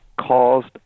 Caused